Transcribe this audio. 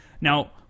Now